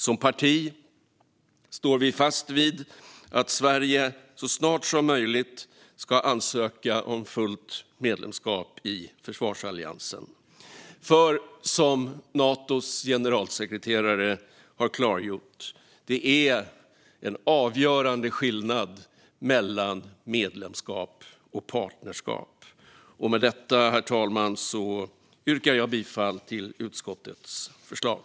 Som parti står vi fast vid att Sverige så snart som möjligt ska ansöka om fullt medlemskap i försvarsalliansen. Det är, som Natos generalsekreterare har klargjort, en avgörande skillnad mellan medlemskap och partnerskap. Med detta, herr talman, yrkar jag bifall till utskottets förslag.